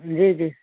जी जी